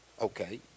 Okay